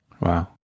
Wow